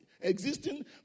existing